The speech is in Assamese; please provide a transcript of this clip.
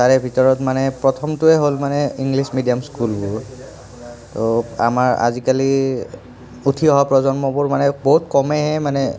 তাৰে ভিতৰত মানে প্ৰথমটোৱেই হ'ল মানে ইংলিছ মিডিয়াম স্কুলবোৰ তো আমাৰ আজিকালি উঠি অহা প্ৰজন্মবোৰ মানে বহুত কমেই মানে